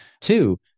Two